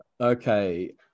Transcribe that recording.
okay